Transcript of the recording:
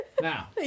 now